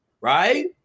right